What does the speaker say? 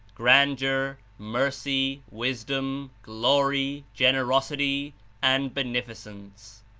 grandeur, mercy, wisdom, glory, generosity and beneficence.